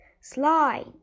slide